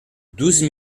douze